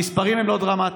המספרים הם לא דרמטיים,